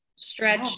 stretch